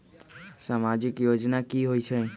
समाजिक योजना की होई छई?